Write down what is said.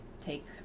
take